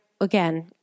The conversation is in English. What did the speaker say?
again